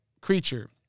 creature